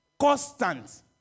constant